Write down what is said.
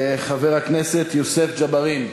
חבר הכנסת יוסף ג'בארין,